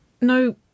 No